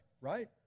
right